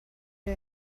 der